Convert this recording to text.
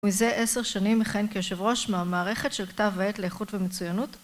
מזה עשר שנים מכהן כיושב ראש מהמערכת של כתב העת לאיכות ומצוינות